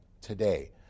today